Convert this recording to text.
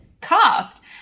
cast